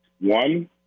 One